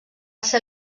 ser